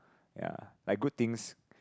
ya like good things